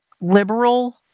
liberal